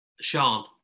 Sean